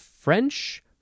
French